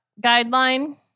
guideline